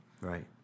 Right